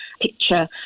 picture